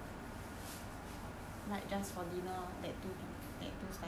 like just for dinner lor that two pi~ that two slices of pizza